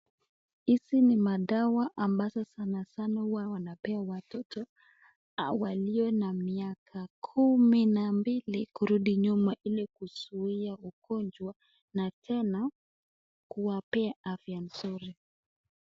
Hizi ni madawa ambazo sanasana huwa wanapewa watoto walio na miaka kumi na mbili kurudi nyuma ili kuzuia ugonjwa na tena kuwapea afya nzuri.